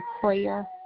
prayer